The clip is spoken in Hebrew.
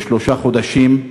לשלושה חודשים,